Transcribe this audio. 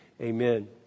Amen